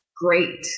great